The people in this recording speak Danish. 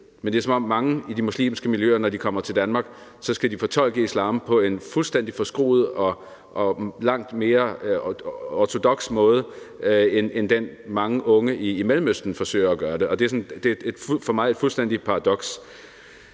men det er, som om mange i de muslimske miljøer, når de kommer til Danmark, skal fortolke islam på en fuldstændig forskruet og langt mere ortodoks måde end den, mange unge i Mellemøsten forsøger at gøre det på, og det er for mig et fuldstændigt paradoks.